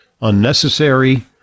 unnecessary